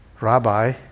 rabbi